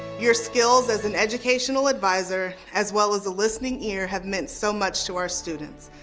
your skills as an educational advisor, as well as the listening ear have meant so much to our students.